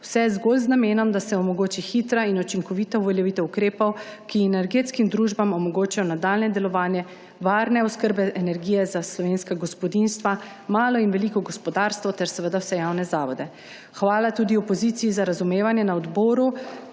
vse zgolj z namenom, da se omogoči hitra in učinkovita uveljavitev ukrepov, ki energetskim družbam omogočajo nadaljnje delovanje varne oskrbe energije za slovenska gospodinjstva, malo in veliko gospodarstvo ter seveda vse javne zavode. Hvala tudi opoziciji za razumevanje na odboru